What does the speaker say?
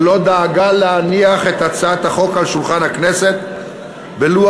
ולא דאגה להניח את הצעת החוק על שולחן הכנסת בלוח